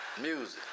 music